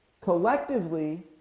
collectively